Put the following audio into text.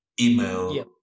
email